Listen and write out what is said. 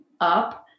up